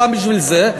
ופעם בשביל זה.